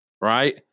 right